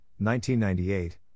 1998